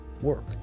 work